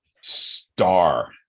star